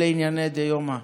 אלה ענייני דיומא.